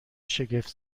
شگفت